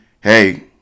hey